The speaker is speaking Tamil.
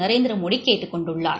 நரேந்திரமோடி கேட்டுக் கொண்டுள்ளார்